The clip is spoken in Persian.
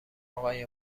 آقای